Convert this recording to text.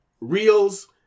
reels